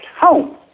home